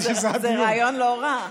זה רעיון לא רע.